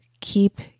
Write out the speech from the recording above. keep